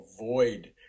avoid